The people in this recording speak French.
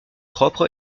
propre